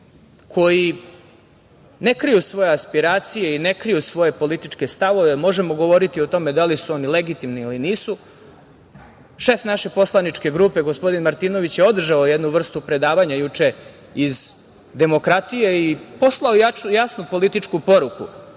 koji ne kriju svoja aspiracije, ne kriju svoje političke stavove, možemo govoriti o tome da li su oni legitimni ili nisu. Šef naše poslaničke grupe, gospodin Martinović, je održao jednu vrstu predavanja juče iz demokratije i poslao jasnu političku poruku